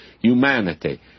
humanity